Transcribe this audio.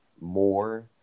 more